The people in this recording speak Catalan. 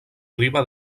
riba